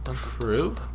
True